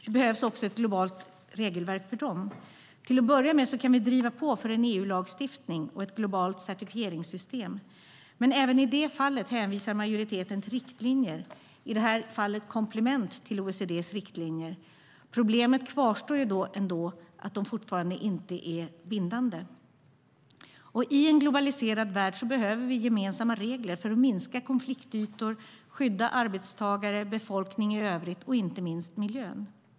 Det behövs också ett globalt regelverk för dem. Till att börja med kan vi driva på för en EU-lagstiftning och ett globalt certifieringssystem. Majoriteten hänvisar till riktlinjer, i det här fallet komplement till OECD:s riktlinjer. Men problemet kvarstår ändå: att de fortfarande inte är bindande. I en globaliserad värld behöver vi gemensamma regler för att minska konfliktytor och för att skydda arbetstagare, övrig befolkning och inte minst miljön.